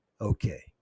Okay